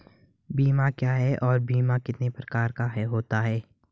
बीमा क्या है और बीमा कितने प्रकार का होता है?